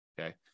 okay